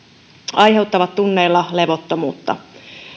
aiheuttavat tunneilla levottomuutta